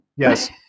Yes